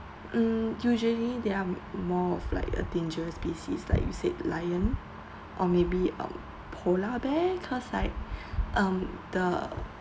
hmm usually they are more like a dangerous species like you said lion or maybe um polar bear cause like um the